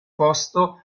posto